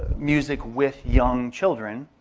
music with young children,